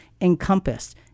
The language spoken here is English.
encompassed